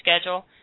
schedule